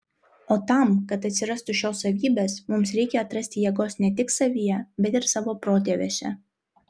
o tam kad atsirastų šios savybės mums reikia atrasti jėgos ne tik savyje bet ir savo protėviuose